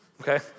okay